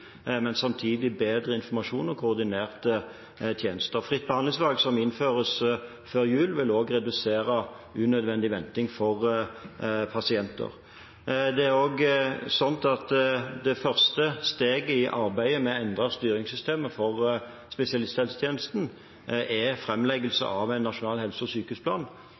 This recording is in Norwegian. samtidig bedre informasjon og koordinerte tjenester. Fritt behandlingsvalg, som innføres før jul, vil også redusere unødvendig venting for pasienter. Det første steget i arbeidet med å endre styringssystemet for spesialisthelsetjenesten er framleggelse av en nasjonal helse- og sykehusplan,